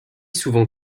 souvent